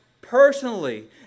personally